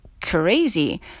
crazy